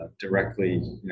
directly